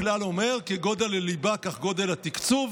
הכלל אומר: כגודל הליבה כך גודל התקצוב,